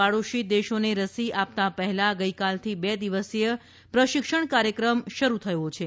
પાડોશી દેશોને રસી આપતા પહેલા ગઇકાલની બે દિવસીય પ્રશિક્ષણ કાર્યક્રમ શરૂ કરાયું છે